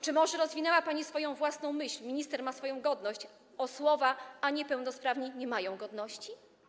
Czy może rozwinęła pani swoją własną myśl „minister ma swoją godność” o słowa „a niepełnosprawni nie mają godności”